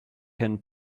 can